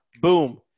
Boom